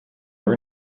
were